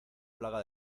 plaga